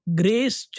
grace